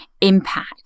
impact